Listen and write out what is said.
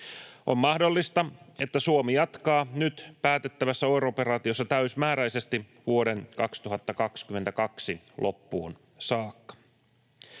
On mahdollista, että Suomi jatkaa nyt päätettävässä OIR-operaatiossa täysimääräisesti vuoden 2022 loppuun saakka.